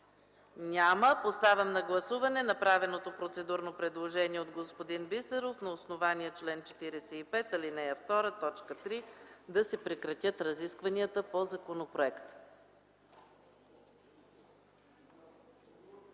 Няма. Поставям на гласуване направеното процедурно предложение от господин Бисеров на основание чл. 45, ал. 2, т. 3 да се прекратят разискванията по законопроекта.